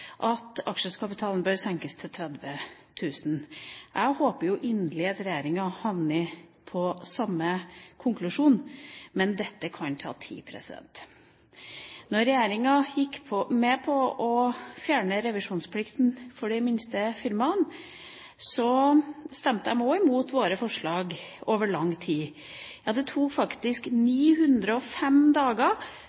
at aksjekapitalen bør senkes til 30 000 kr. Jeg håper jo inderlig at regjeringa havner på samme konklusjon, men det kan ta tid. Regjeringa gikk med på å fjerne revisjonsplikten for de minste firmaene, men de stemte imot våre forslag i lang tid. Ja, det tok faktisk